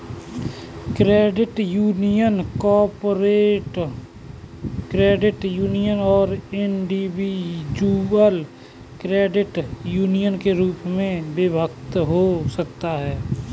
credit union corporate credit union और individual credit union के रूप में विभक्त हो सकती हैं